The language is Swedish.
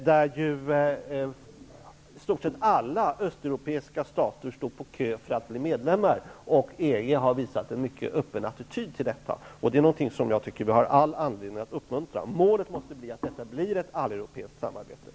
I stort sett alla östeuropeiska stater står i kö för att få bli medlemmar, och EG har visat en mycken öppen attityd till detta. Det är någonting som jag tycker att vi har all anledning att uppmuntra. Målet måste vara att det blir ett alleuropeiskt samarbete.